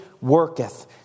worketh